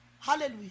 Hallelujah